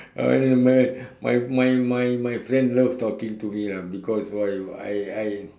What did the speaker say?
!alamak! my my my my friend love talking to me lah because why I I